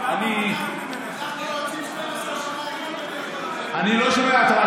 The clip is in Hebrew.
אנחנו רוצים 12 שנה, אני לא שומעת טוב.